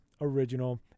Original